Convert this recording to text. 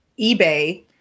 eBay